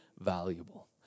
valuable